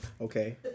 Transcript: okay